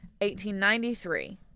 1893